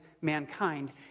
mankind